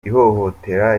ihohotera